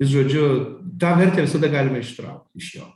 žodžiu tą vertę visada galima ištraukt iš jo